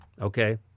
Okay